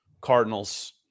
Cardinals